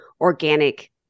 organic